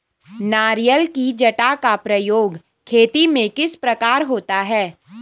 नारियल की जटा का प्रयोग खेती में किस प्रकार होता है?